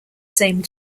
same